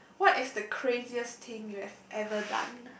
what is the craziest thing you have ever done